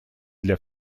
для